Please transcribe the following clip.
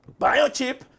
biochip